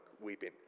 weeping